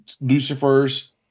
Lucifer's